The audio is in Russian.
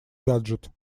гаджет